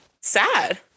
sad